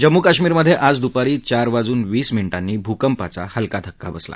जम्मू कश्मीर मधे आज दुपारी चार वाजून वीस मिनिटांनी भूकंपाचा हलका धक्का बसला